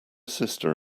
sister